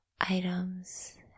items